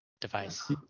device